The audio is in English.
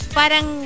parang